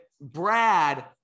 Brad